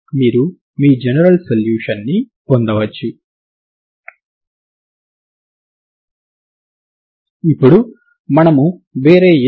మీరు మొత్తం శక్తిగా చెప్పగలిగిన మొత్తం శక్తి ఇదే